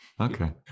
Okay